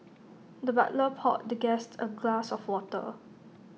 the butler poured the guest A glass of water